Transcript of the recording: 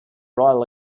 royal